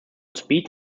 speed